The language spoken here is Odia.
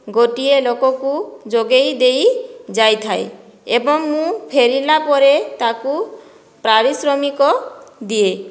ଗୋଟିଏ ଲୋକକୁ ଯୋଗେଇ ଦେଇଯାଇଥାଏ ଏବଂ ମୁଁ ଫେରିଲା ପରେ ତାକୁ ପାରିଶ୍ରମିକ ଦିଏ